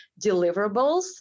deliverables